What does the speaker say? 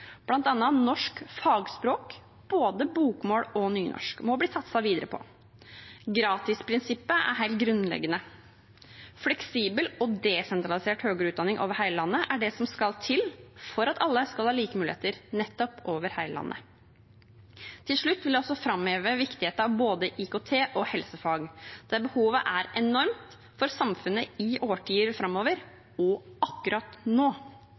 norsk fagspråk, både bokmål og nynorsk, bli satset videre på. Gratisprinsippet er helt grunnleggende. Fleksibel og desentralisert høyere utdanning over hele landet er det som skal til for at alle skal ha like muligheter nettopp over hele landet. Til slutt vil jeg også framheve viktigheten av både IKT- og helsefag, der behovet er enormt for samfunnet i årtier framover – og akkurat nå.